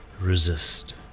resist